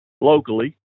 locally